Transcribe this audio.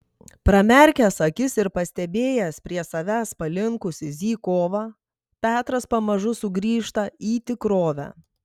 pramerkęs akis ir pastebėjęs prie savęs palinkusį zykovą petras pamažu sugrįžta į tikrovę